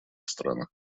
странах